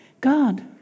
God